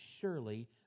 surely